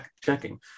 checking